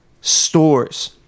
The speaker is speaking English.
stores